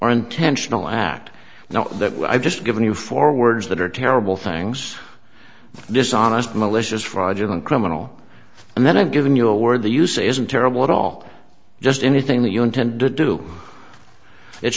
are intentional act now that i've just given you four words that are terrible things dishonest malicious fraudulent criminal and then i've given you a word the use isn't terrible at all just anything that you intend to do it